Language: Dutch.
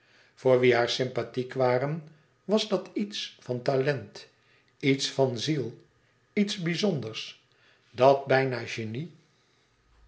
voor wie haar sympathiek waren was dat iets van talent iets van ziel iets bizonders dat bijna genie